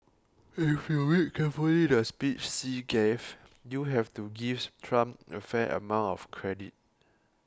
if you read carefully the speech Xi gave you have to give Trump a fair amount of credit